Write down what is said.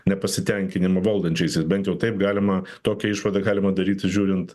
nepasitenkinimą valdančiaisiais bent jau taip galima tokią išvadą galima daryti žiūrint